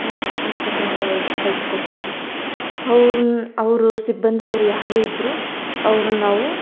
ನಾವು ಆಸ್ಪತ್ರೆಯಿಂದ ಹೊರ್ಗೆ ಕಳ್ಸ್ಕೊಡ್ತೀವಿ ಅವ್ರ್ನ ಅವರು ಸಿಬ್ಬಂದಿಯವರು ಯಾರೇ ಇದ್ದರೂ ಅವ್ರ್ನ ನಾವು